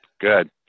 Good